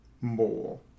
more